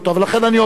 לכן אני אומר,